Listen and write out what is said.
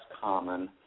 common